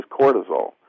cortisol